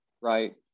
right